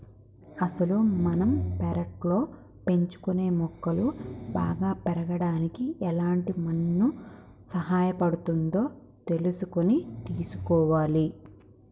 అసలు మనం పెర్లట్లో పెంచుకునే మొక్కలు బాగా పెరగడానికి ఎలాంటి మన్ను సహాయపడుతుందో తెలుసుకొని తీసుకోవాలి